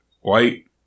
white